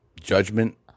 judgment